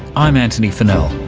i'm antony funnell.